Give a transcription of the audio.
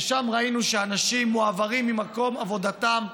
שם ראינו שאנשים מועברים ממקום עבודתם,